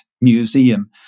Museum